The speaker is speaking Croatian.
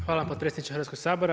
Hvala potpredsjedniče Hrvatskog sabora.